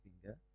finger